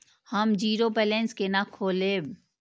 हम zero balance केना खोलैब?